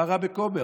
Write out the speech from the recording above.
מה רע בכומר?